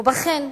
ובכן,